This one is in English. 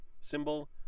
symbol